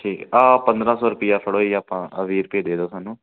ਠੀਕ ਆ ਪੰਦਰ੍ਹਾਂ ਸੌ ਰੁਪਈਆ ਫੜੋ ਜੀ ਆਪਾਂ ਆਹ ਵੀਹ ਰੁਪਏ ਦੇ ਦਿਉ ਸਾਨੂੰ